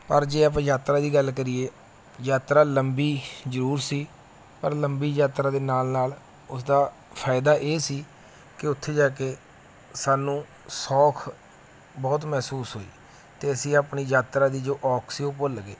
ਪਰ ਜੇ ਆਪਾਂ ਯਾਤਰਾ ਦੀ ਗੱਲ ਕਰੀਏ ਯਾਤਰਾ ਲੰਬੀ ਜ਼ਰੂਰ ਸੀ ਪਰ ਲੰਬੀ ਯਾਤਰਾ ਦੇ ਨਾਲ ਨਾਲ ਉਸਦਾ ਫ਼ਾਇਦਾ ਇਹ ਸੀ ਕਿ ਉੱਥੇ ਜਾ ਕੇ ਸਾਨੂੰ ਸੌਖ ਬਹੁਤ ਮਹਿਸੂਸ ਹੋਈ ਅਤੇ ਅਸੀਂ ਆਪਣੀ ਯਾਤਰਾ ਦੀ ਜੋ ਔਖ ਸੀ ਉਹ ਭੁੱਲ ਗਏ